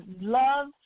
Love